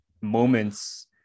moments